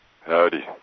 Howdy